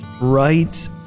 right